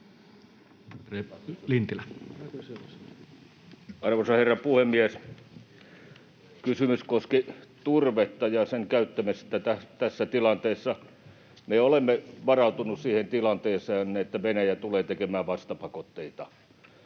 Arvoisa herra puhemies! Kysymys koski turvetta ja sen käyttämistä tässä tilanteessa. Me olemme varautuneet siihen tilanteeseen, että Venäjä tulee tekemään vastapakotteita,